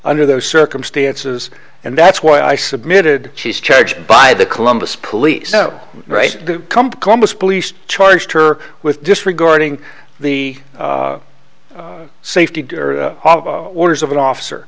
under those circumstances and that's why i submitted his charge by the columbus police no right to come columbus police charged her with disregarding the safety orders of an officer